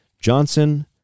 Johnson &